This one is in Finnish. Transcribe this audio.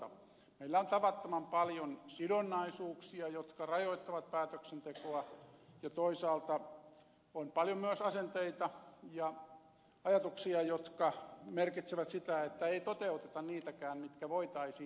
meillä on tavattoman paljon sidonnaisuuksia jotka rajoittavat päätöksentekoa ja toisaalta on paljon myös sellaisia asenteita ja ajatuksia jotka merkitsevät sitä että ei toteuteta niitäkään mitkä voitaisiin toteuttaa